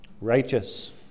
Righteous